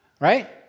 Right